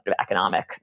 economic